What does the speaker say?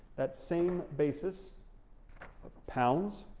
that same basis of pounds,